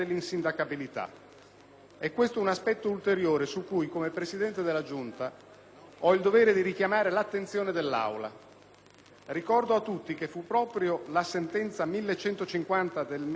e questo è un aspetto ulteriore su cui, come Presidente della Giunta, ho il dovere di richiamare l'attenzione dell'Assemblea. Ricordo a tutti che fu proprio la sentenza n. 1150 del 1988